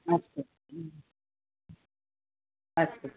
अस्तु अस्तु